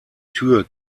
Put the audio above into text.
tür